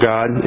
God